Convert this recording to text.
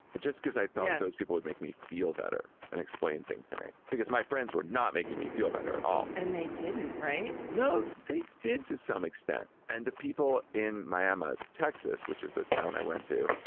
but just because i felt those people would make me feel better and explain things to me because my friends were not making me feel better at all. and they didn't. right. no, they did to some extent. and the people in miama, texas, which is the town i went to,